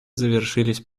завершились